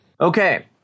Okay